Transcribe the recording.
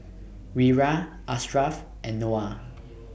Wira Ashraf and Noah